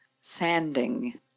sanding